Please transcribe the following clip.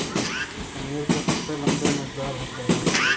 कनेर के पत्ते लम्बे, नोकदार होते हैं